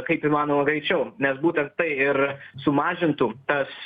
kaip įmanoma greičiau nes būtent tai ir sumažintų tas